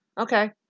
Okay